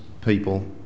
people